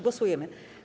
Głosujemy.